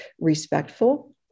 respectful